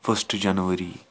first January